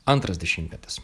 antras dešimtmetis